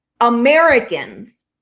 Americans